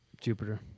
Jupiter